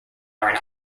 are